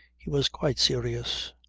he was quite serious.